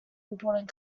important